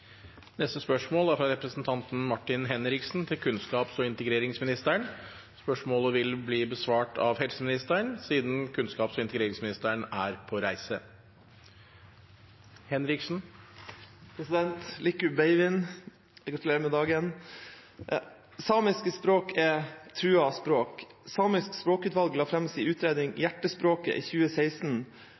er utsatt til neste spørretime. Dette spørsmålet, fra representanten Martin Henriksen til kunnskaps- og integreringsministeren, vil bli besvart av helseministeren på vegne av kunnskaps- og integreringsministeren, som er bortreist. Lihkku beivviin! Jeg gratulerer med dagen! «Samiske språk er truede språk. Samisk språkutvalg la fram sin utredning «Hjertespråket» i 2016,